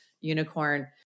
unicorn